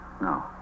No